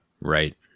Right